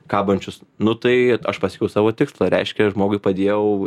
kabančius nu tai aš pasiekiau savo tikslą reiškia žmogui padėjau